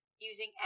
using